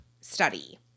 study